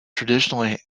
traditionally